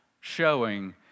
showing